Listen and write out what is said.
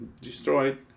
destroyed